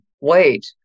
wait